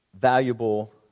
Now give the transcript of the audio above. valuable